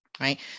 Right